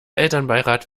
elternbeirat